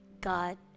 God